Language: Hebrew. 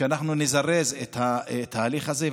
שאנחנו נזרז את ההליך הזה.